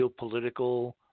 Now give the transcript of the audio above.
geopolitical